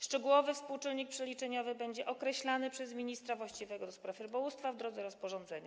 Szczegółowy współczynnik przeliczeniowy będzie określany przez ministra właściwego do spraw rybołówstwa w drodze rozporządzenia.